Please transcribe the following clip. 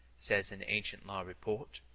says an ancient law report,